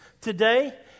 today